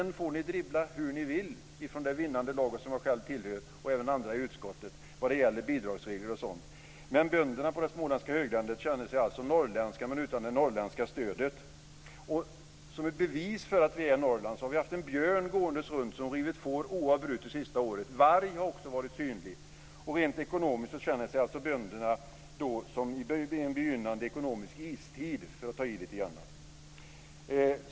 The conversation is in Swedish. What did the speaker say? Ni får dribbla hur ni vill från det vinnande laget, som jag själv tillhör - och även andra i utskottet - vad det gäller bidragsregler och sådant, men bönderna på det småländska höglandet känner sig alltså norrländska, men utan det norrländska stödet. Som ett bevis för att vi är i Norrland har vi haft en björn gåendes runt som rivit får oavbrutet det sista året. Varg har också varit synlig. Rent ekonomiskt känner sig bönderna som om de var i en begynnande ekonomisk istid, för att ta i lite grann.